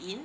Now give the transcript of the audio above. in